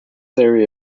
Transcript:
area